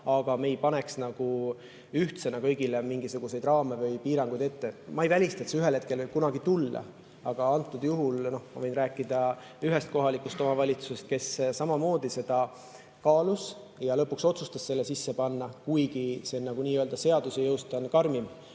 Me ei pane ühtsena kõigile mingisuguseid raame ümber või piiranguid ette. Ma ei välista, et see ühel hetkel võib kunagi tulla. Aga antud juhul, noh, ma võin rääkida ühest kohalikust omavalitsusest, kes samamoodi seda kaalus ja lõpuks otsustas selle sisse panna, kuigi see on nii-öelda seaduse jõust karmim.